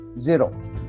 zero